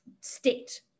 state